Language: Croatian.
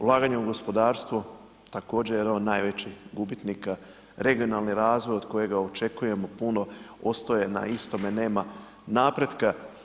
Ulaganje u gospodarstvo, također jedan od najvećih gubitnika, regionalni razvoj od kojega očekujemo puno osto je na istome, nema napretka.